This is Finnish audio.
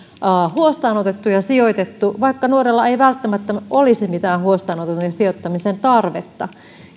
huostaanotettu ja sijoitettu vaikka nuorella ei välttämättä olisi mitään huostaanoton ja sijoittamisen tarvetta